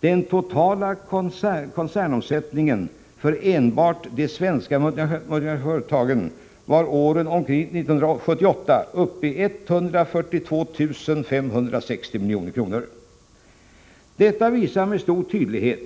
Den totala koncernomsättningen för enbart de svenska multinationella företagen var åren omkring 1978 uppe i 142 560 milj.kr. Detta visar med stor tydlighet